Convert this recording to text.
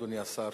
אדוני השר,